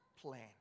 plan